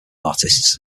artists